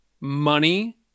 money